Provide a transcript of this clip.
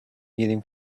گیریم